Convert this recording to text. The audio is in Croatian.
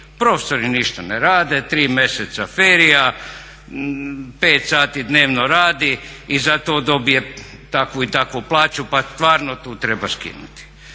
Profesori ništa ne rade, 3 mjeseca ferija, 5 sati dnevno radi i zato dobije takvu i takvu plaću, pa stvarno tu treba skinuti.